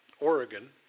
Oregon